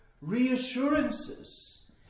reassurances